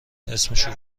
اسمشو